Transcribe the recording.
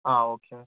ആ ഓക്കെ എന്നാൽ